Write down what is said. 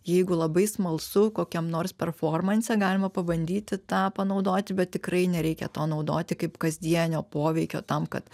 jeigu labai smalsu kokiam nors performance galima pabandyti tą panaudoti bet tikrai nereikia to naudoti kaip kasdienio poveikio tam kad